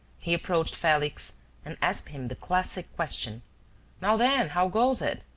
he approached felix and asked him the classic question now then, how goes it?